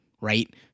right